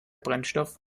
brennstoff